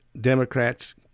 Democrats